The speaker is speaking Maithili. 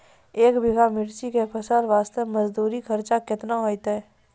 एक बीघा मिर्ची के फसल वास्ते मजदूरी खर्चा केतना होइते?